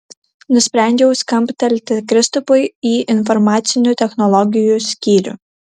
nusprendžiau skambtelti kristupui į informacinių technologijų skyrių